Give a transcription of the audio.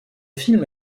film